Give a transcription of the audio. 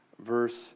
verse